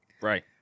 right